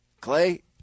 Clay